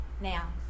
Now